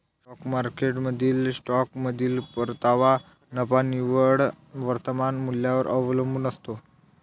stock मार्केटमधील स्टॉकमधील परतावा नफा निव्वळ वर्तमान मूल्यावर अवलंबून असतो